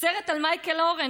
סרט על מייקל אורן,